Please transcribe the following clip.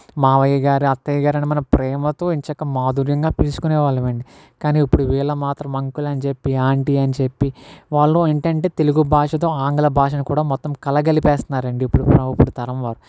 మావయ్య గారు అత్తయ్య గారు అని మనం ప్రేమతో ఎంచక్కా మాధుర్యంగా పిలుచుకునే వాళ్ళమండి కానీ ఇప్పుడు వీళ్ళు మాత్రం అంకుల్ అని చెప్పి ఆంటీ అని చెప్పి వాళ్ళు ఏంటంటే తెలుగు భాషతో ఆంగ్ల భాషను కూడా మొత్తం కలపేస్తున్నారండి ఇప్పుడు తరం వాళ్ళు